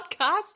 podcast